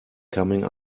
coming